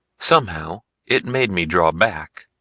somehow it made me draw back.